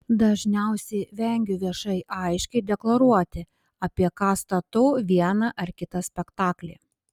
dažniausiai vengiu viešai aiškiai deklaruoti apie ką statau vieną ar kitą spektaklį